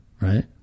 right